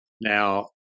now